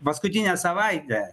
paskutinę savaitę